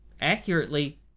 accurately